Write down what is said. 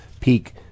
peak